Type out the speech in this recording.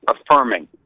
affirming